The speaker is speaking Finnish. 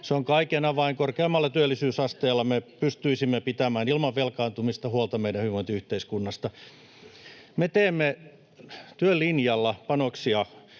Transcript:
välihuuto] Korkeammalla työllisyysasteella me pystyisimme pitämään ilman velkaantumista huolta meidän hyvinvointiyhteiskunnastamme. Me teemme työlinjalla panoksia